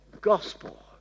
gospel